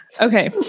Okay